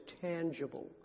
tangible